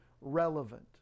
relevant